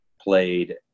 played